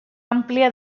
àmplia